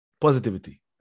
Positivity